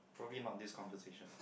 probably not this conversation